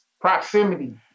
proximity